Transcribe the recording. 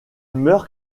meurt